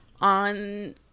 On